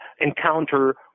encounter